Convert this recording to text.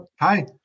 Hi